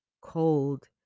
cold